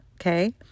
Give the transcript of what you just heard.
okay